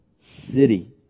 city